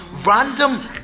Random